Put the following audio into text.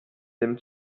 dem